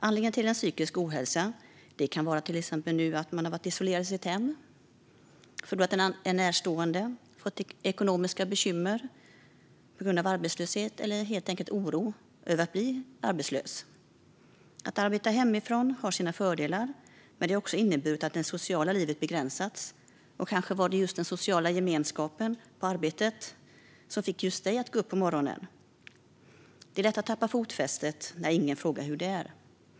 Anledningen till psykisk ohälsa kan nu vara till exempel att man har varit isolerad i sitt hem, har förlorat en närstående, fått ekonomiska bekymmer på grund av arbetslöshet eller helt enkelt är orolig över att bli arbetslös. Att arbeta hemifrån har sina fördelar, men det har också inneburit att det sociala livet begränsats. Kanske var det den sociala gemenskapen på arbetet som fick just dig att gå upp på morgonen. Det är lätt att tappa fotfästet när ingen frågar hur det är.